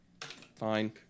fine